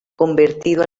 convertido